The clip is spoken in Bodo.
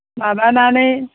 माबानानै